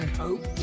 hope